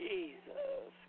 Jesus